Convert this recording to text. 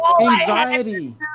anxiety